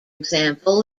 example